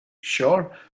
Sure